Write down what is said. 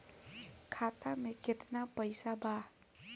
खाता में केतना पइसा बा?